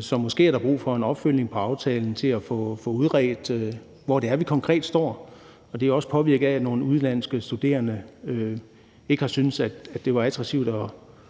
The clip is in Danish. Så måske er der brug for som opfølgning på aftalen at få udredt, hvor det er, vi konkret står; det er også påvirket af, at nogle udenlandske studerende måske har syntes, at det ikke var attraktivt at